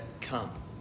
come